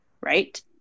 right